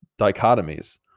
dichotomies